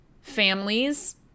Families